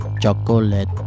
chocolate